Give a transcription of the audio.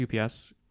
UPS